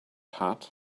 hat